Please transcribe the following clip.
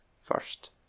First